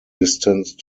distance